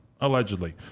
allegedly